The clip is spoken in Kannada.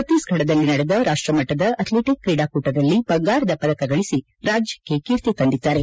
ಭಕ್ತಿಸ್ಘಡದಲ್ಲಿ ನಡೆದ ರಾಷ್ಟಮಟ್ಟದ ಅಥ್ಲೆಟಿಕ್ ಕ್ರೀಡಾಕೂಟದಲ್ಲಿ ಬಂಗಾರದ ಪದಕ ಗಳಿಸಿ ರಾಜ್ಯಕ್ಕೆ ಕೀರ್ತಿ ತಂದಿದ್ದಾರೆ